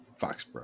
Foxborough